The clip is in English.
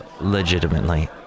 legitimately